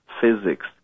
physics